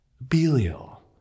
Belial